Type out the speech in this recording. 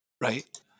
Right